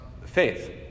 faith